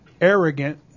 arrogant